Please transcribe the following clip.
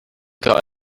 got